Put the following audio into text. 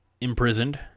imprisoned